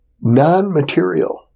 non-material